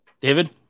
David